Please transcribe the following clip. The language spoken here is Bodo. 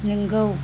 नोंगौ